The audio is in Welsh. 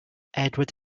edward